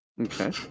Okay